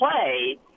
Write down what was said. play